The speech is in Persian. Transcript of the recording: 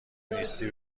نیستی